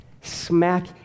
smack